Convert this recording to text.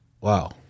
Wow